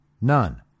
none